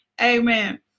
Amen